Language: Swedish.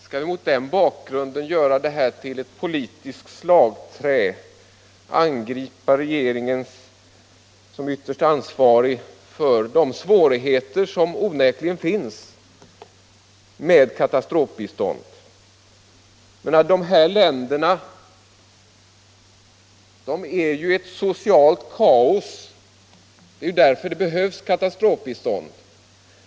Skall vi då göra den frågan till ett politiskt slagträ och angripa regeringen med konstitutionella medel därför att det uppstår svårigheter i samband med katastrofbistånd? De här länderna befinner sig i ett socialt kaos; det är därför det behövs katastrofbistånd.